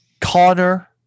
Connor